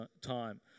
time